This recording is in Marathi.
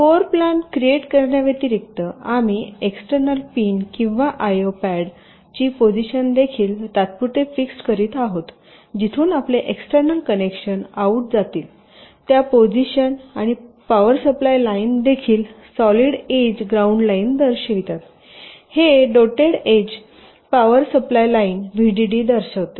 फ्लोर प्लॅन क्रिएट करण्याव्यतिरिक्त आम्ही एक्सटर्नल पिन किंवा आयओ पॅड ची पोजिशन देखील तात्पुरते फिक्स्ड करीत आहोत जिथून आपले एक्सटर्नल कनेक्शन आउट जातील त्या पोजिशन आणि पॉवर सप्लाय लाईन देखील सॉलिड एज ग्राउंड लाइन दर्शवितात हे dotted as power supply line VDD दर्शवते